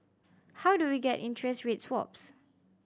how do we get interest rate swaps